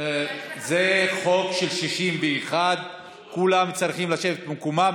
זה חוק של 61. כולם צריכים לשבת במקומם.